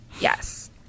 Yes